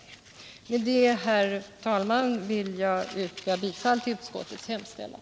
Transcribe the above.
Med detta, herr talman, vill jag yrka bifall till utskottets hemställan.